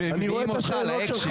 היא שאחריות אמורה ליצור סמכות.